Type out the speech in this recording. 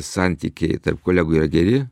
santykiai tarp kolegų yra geri